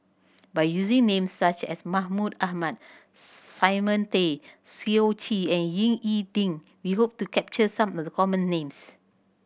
by using names such as Mahmud Ahmad Simon Tay Seong Chee and Ying E Ding we hope to capture some of the common names